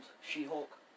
She-Hulk